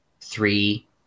three